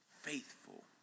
faithful